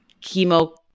chemo